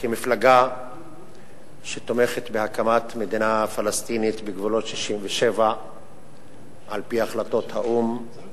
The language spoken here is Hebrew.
כמפלגה שתומכת בהקמת מדינה פלסטינית בגבולות 1967 על-פי החלטות האו"ם,